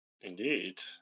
Indeed